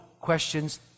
questions